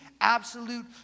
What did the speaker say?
absolute